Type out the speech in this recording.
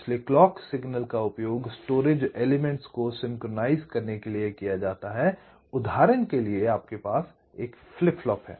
इसलिए clock signal का उपयोग स्टोरेज एलिमेंट्स को सिंक्रनाइज़ करने के लिए किया जाता है उदाहरण के लिए आपके पास फ्लिप फ्लॉप है